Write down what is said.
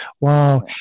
Wow